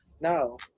No